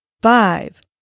Five